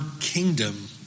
kingdom